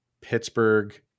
Pittsburgh